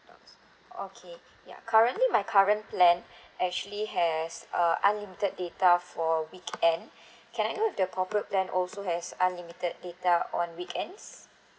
okay ya currently my current plan actually has uh unlimited data for weekend can I know the corporate plan also has unlimited data on weekends